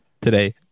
Today